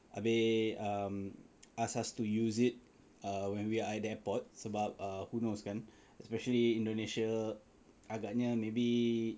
habis um ask us to use it err when we are at the airport sebab err who knows kan especially Indonesia agaknya maybe